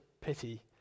pity